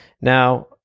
Now